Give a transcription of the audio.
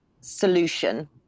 solution